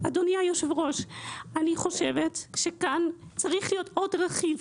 אדוני היושב ראש, אני חושבת שכאן צריך עוד רכיב.